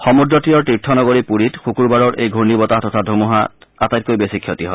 সমদ্ৰতীৰৰ তীৰ্থনগৰী পুৰীত শুকুৰবাৰৰ এই ঘূৰ্ণীবতাহ তথা ধুমুহাত আটাইতকৈ বেছি ক্ষতি হয়